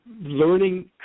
learning